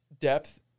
depth